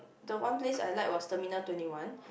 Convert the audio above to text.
the one place I like was terminal twenty one